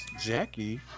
jackie